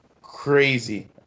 Crazy